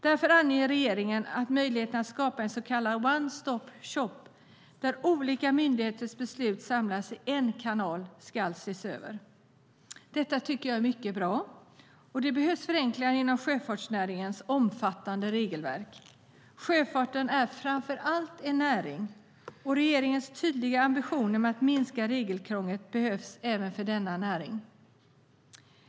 Därför anger regeringen att möjligheten att skapa en så kallad one stop shop där olika myndigheters beslut samlas i en kanal ska ses över. Det är mycket bra. Det behövs förenklingar inom sjöfartsnäringens omfattande regelverk. Sjöfarten är framför allt en näring och regeringens tydliga ambition med att minska regelkrånglet behövs även för denna näring.